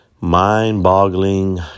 mind-boggling